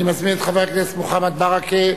אני מזמין את חבר הכנסת מוחמד ברכה,